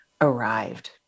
arrived